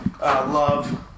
Love